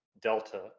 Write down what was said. delta